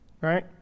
right